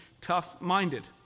tough-minded